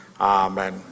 amen